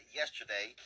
yesterday